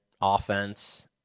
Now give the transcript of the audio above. offense